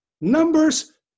numbers